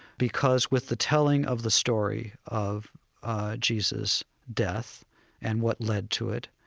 because with the telling of the story of jesus' death and what led to it,